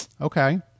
Okay